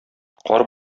кар